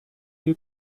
you